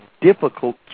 difficult